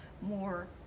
more